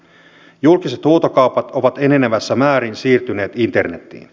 julkiset huutokaupat ovat enenevässä määrin siirtyneet internetiin